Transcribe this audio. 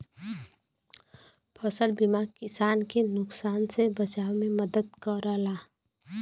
फसल बीमा किसान के नुकसान से बचाव में मदद करला